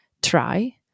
try